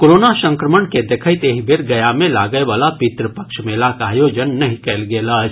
corona संक्रमण के देखैत एहि बेर गया मे लागयवला पितृपक्ष मेलाक आयोजन नहि कयल गेल अछि